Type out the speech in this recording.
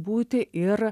būti ir